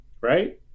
Right